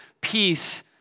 peace